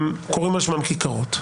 קוראים על שמם כיכרות.